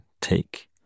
take